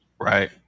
Right